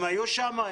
הם היו שם?